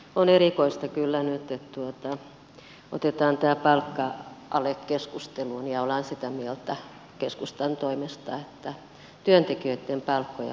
on erikoista kyllä nyt että otetaan tämä palkka ale keskusteluun ja ollaan sitä mieltä keskustan toimesta että työntekijöitten palkkoja pitäisi alentaa